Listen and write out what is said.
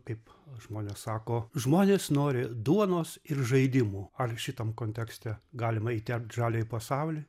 kaip žmonės sako žmonės nori duonos ir žaidimų ar šitam kontekste galima įterpt žaliąjį pasaulį